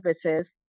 services